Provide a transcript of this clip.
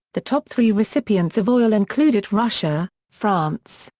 the top three recipients of oil included russia, france,